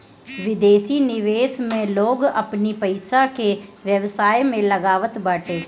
विदेशी निवेश में लोग अपनी पईसा के व्यवसाय में लगावत बाटे